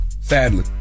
Sadly